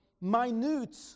minute